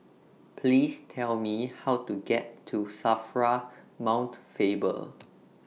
Please Tell Me How to get to SAFRA Mount Faber